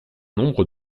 nombre